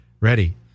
ready